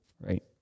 Right